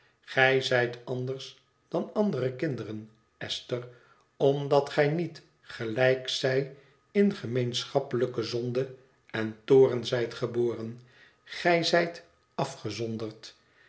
gij zijt anders dan andere kinderen esther omdat gij niet gelijk zij in gemeenschappelijke zonde en toorn zijt geboren gij zijt afgezonderd